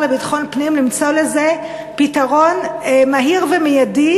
לביטחון פנים למצוא לזה פתרון מהיר ומיידי,